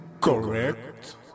Correct